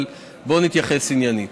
אבל בואו נתייחס עניינית.